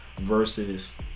versus